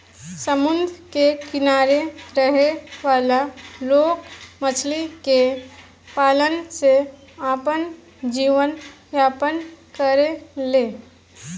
समुंद्र के किनारे रहे वाला लोग मछली के पालन से आपन जीवन यापन करेले